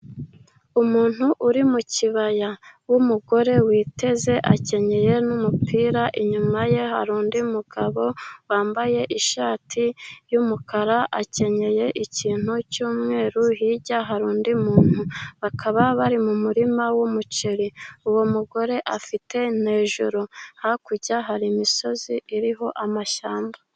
Umuntu uri mu kibaya w'umugore witeze, akenyeye n'umupira, inyuma ye hari undi mugabo, wambaye ishati y'umukara, akenyeye ikintu cy'mweru, hirya hari undi muntu, bakaba bari mu murima w'umuceri, uwo mugore afite nanjoro, hakurya hari imisozi iriho amashyamba.